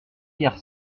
hier